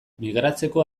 migratzeko